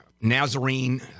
Nazarene